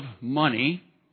money